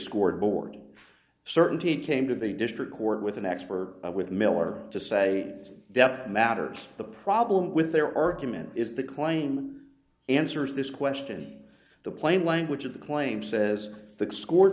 scored board certainty came to the district court with an expert with miller to say death matters the problem with their argument is the claim answers this question the plain language of the claim says the score